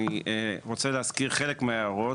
אני רוצה להזכיר חלק מההערות,